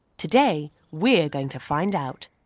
today, we're going to find out.